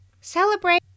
Celebrate